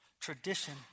Tradition